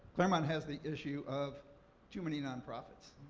claremont has the issue of too many non-profits.